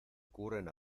ocurren